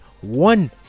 one